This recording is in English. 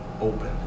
open